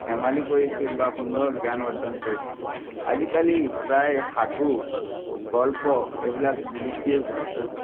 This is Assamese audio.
ধেমালি কৰিছিল বা সুন্দৰ জ্ঞান অৰ্জন কৰিছিল আজিকালি প্ৰায় সাধু গল্প সেইবিলাক বিলুপ্তিয়ে ঘটিছে